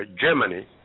Germany